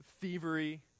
thievery